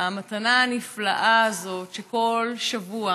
המתנה הנפלאה הזאת שכל שבוע